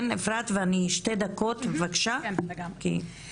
כן אפרת ואני שתי דקות מבקשת ממך, כי צריך להמשיך.